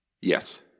Yes